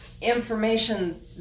information